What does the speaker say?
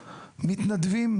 האשמתי.